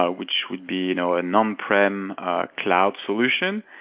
ah which would be you know a non prem cloud solution.